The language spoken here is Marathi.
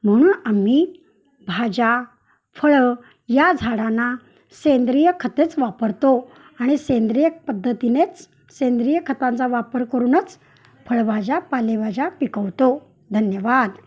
म्हणून आम्ही भाज्या फळं या झाडांना सेंद्रिय खतेच वापरतो आणि सेंद्रिय पद्धतीनेच सेंद्रिय खतांचा वापर करूनच फळभाज्या पालेभाज्या पिकवतो धन्यवाद